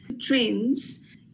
Trends